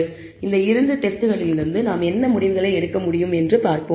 எனவே இந்த இரண்டு டெஸ்ட்களிலிருந்து நாம் என்ன முடிவுகளை எடுக்க முடியும் என்று பார்ப்போம்